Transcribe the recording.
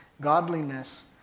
godliness